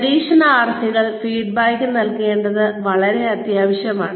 പരിശീലനാർത്ഥികൾക്ക് feedback നൽകേണ്ടത് വളരെ അത്യാവശ്യമാണ്